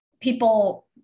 people